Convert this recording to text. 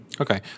Okay